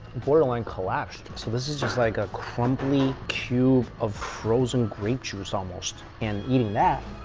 borderline collapsed so this is just like a crumbly cube of frozen grape juice almost and eating that.